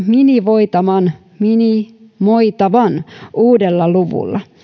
minimoitavan minimoitavan uudella luvulla